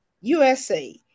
USA